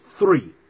three